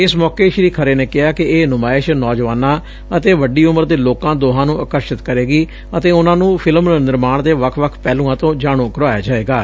ਇਸ ਮੌਕੇ ਸ੍ੀ ਖਰੇ ਨੇ ਕਿਹਾ ਕਿ ਇਹ ਨੁਮਾਇਸ਼ ਨੌਜੁਆਨਾਂ ਅਤੇ ਵੱਡੀ ਉਮਰ ਦੇ ਲੋਕਾਂ ਦੋਹਾਂ ਨੂੰ ਆਕਰਸ਼ਿਤ ਕਰੇਗੀ ਅਤੇ ਉਨੂਾਂ ਨੂੰ ਫ਼ਿਲਮ ਨਿਰਮਾਣ ਦੇ ਵੱਖ ਵੱਖ ਪਹਿਲੂਆਂ ਤੋਂ ਜਾਣੂ ਕਰਾਇਆ ਜਾਏਗਾਂ